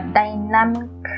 dynamic